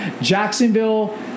jacksonville